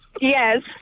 Yes